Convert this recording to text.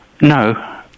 No